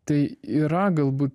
tai yra galbūt